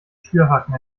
schürhaken